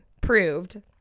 proved